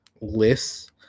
lists